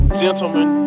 gentlemen